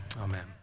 amen